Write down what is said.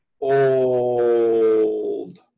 old